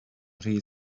rhy